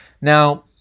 Now